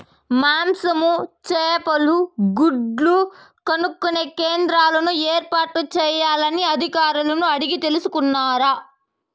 మాంసము, చేపలు, గుడ్లు కొనుక్కొనే కేంద్రాలు ఏర్పాటు చేయాలని అధికారులను అడిగి తెలుసుకున్నారా?